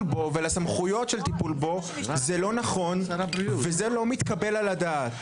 בו ולסמכויות של הטיפול בו זה לא נכון וזה לא מתקבל על הדעת.